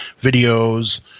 videos